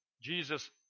Jesus